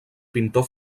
pintor